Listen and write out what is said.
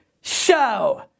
Show